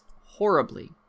horribly